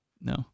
no